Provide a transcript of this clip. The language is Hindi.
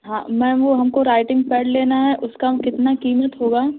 हाँ मैम वह हमको राइटिंग पैड लेना है उसका कितना कीमत होगा